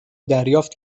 دریافت